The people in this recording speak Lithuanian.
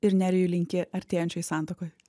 ir nerijui linki artėjančioj santuokoj